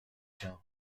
się